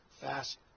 Fast